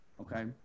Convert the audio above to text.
Okay